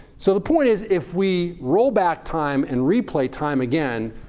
so the point is, if we roll back time and replay time again,